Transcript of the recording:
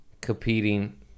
competing